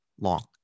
long